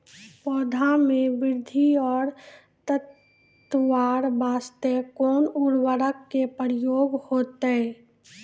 पौधा मे बृद्धि और ताकतवर बास्ते कोन उर्वरक के उपयोग होतै?